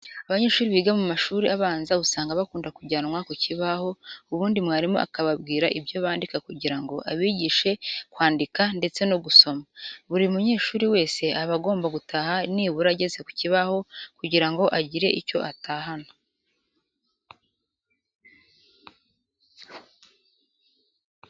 Abanyeshuri biga mu mashuri abanza usanga bakunda kujyanwa ku kibaho ubundi mwarimu ababwira ibyo bandika kugira ngo abigishe kwandika ndetse no gusoma. Buri munyeshuri wese aba agomba gutaha nibura ageze ku kibaho kugira ngo agire icyo atahana.